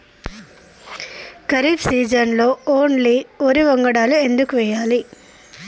ఖరీఫ్ సీజన్లో ఓన్లీ వరి వంగడాలు ఎందుకు వేయాలి?